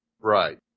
Right